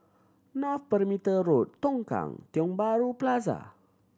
North Perimeter Road Tongkang Tiong Bahru Plaza